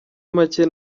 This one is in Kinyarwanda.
make